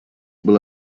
will